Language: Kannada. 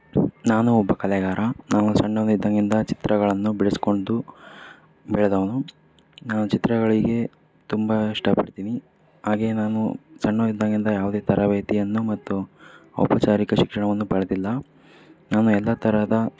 ನಾನು ಒಬ್ಬ ಕಲೆಗಾರ ನಾನು ಸಣ್ಣವ್ನಿದ್ದಾಗಿಂದ ಚಿತ್ರಗಳನ್ನು ಬಿಡಿಸ್ಕೊಂಡು ಬೆಳೆದವ್ನು ನಾನು ಚಿತ್ರಗಳಿಗೆ ತುಂಬ ಇಷ್ಟ ಪಡ್ತೀನಿ ಹಾಗೆ ನಾನು ಸಣ್ಣವ್ನಿದ್ದಾಗಿಂದ ಯಾವುದೇ ತರಬೇತಿಯನ್ನು ಮತ್ತು ಔಪಚಾರಿಕ ಶಿಕ್ಷಣವನ್ನು ಪಡೆದಿಲ್ಲ ನಾನು ಎಲ್ಲ ತರಹದ